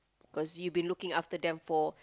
cause you been looking after them for